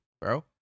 bro